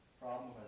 problem